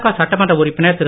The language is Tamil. க சட்டமன்ற உறுப்பினர் திரு